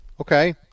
Okay